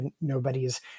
nobody's